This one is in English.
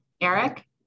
Eric